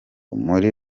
muri